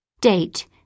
Date